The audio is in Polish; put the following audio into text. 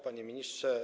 Panie Ministrze!